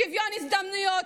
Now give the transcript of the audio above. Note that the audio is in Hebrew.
שוויון הזדמנויות.